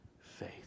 faith